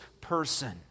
person